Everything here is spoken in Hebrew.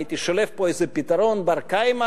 הייתי שולף פה איזה פתרון בר-קיימא,